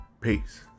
peace